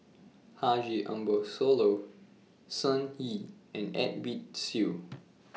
Haji Ambo Sooloh Sun Yee and Edwin Siew